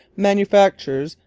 manufactures,